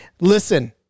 listen